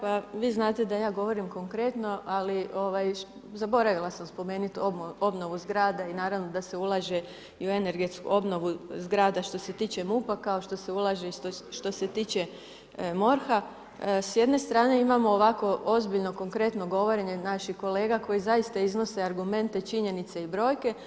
Pa vi znate da ja govorim konkretno, ali zaboravila sam spomenuti obnovu zgrade i naravno da se ulaže u energetsku obnovu zgrada što se tiče MUP-a kao što se ulaže i što se tiče MORH-a, s jedne strane imamo ovako ozbiljno konkretno govorenje naših kolega, koji zaista iznose argumente, činjenice i brojke.